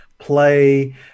Play